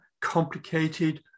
complicated